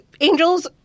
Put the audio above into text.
Angel's